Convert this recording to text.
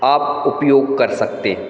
आप उपयोग कर सकते